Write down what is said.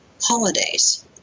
holidays